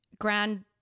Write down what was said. grand